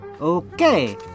Okay